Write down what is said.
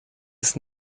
ist